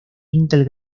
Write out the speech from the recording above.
intel